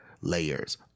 layers